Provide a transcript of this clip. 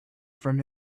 from